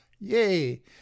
Yay